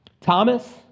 Thomas